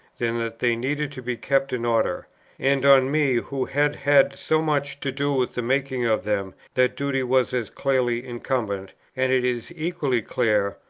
than that they needed to be kept in order and on me who had had so much to do with the making of them, that duty was as clearly incumbent and it is equally clear,